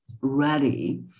ready